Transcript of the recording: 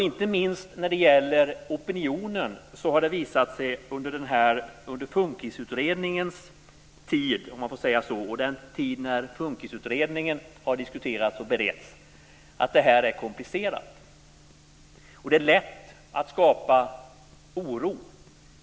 Inte minst när det gäller opinionen har det visat sig under FUNKIS-utredningens tid, dvs. den tid då FUNKIS-utredningen har diskuterats och beretts, att det här är komplicerat. Och det är lätt att skapa oro.